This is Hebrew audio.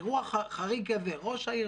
אירוע חריג כזה ראש העיר,